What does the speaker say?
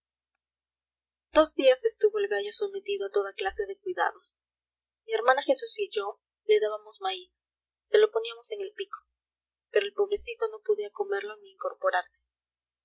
dos días estuvo el gallo sometido a toda clase de cuidados mi hermana jesús y yo le dábamos maíz se lo poníamos en el pico pero el pobrecito no podía comerlo ni incorporarse